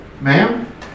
Ma'am